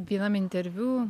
vienam interviu